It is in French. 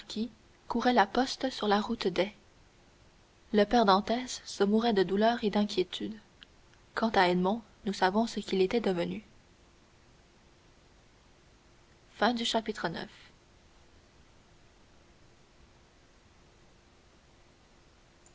courait la poste sur la route d'aix le père dantès se mourait de douleur et d'inquiétude quant à edmond nous savons ce qu'il était devenu